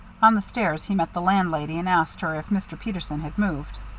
on the stairs he met the landlady, and asked her if mr. peterson had moved.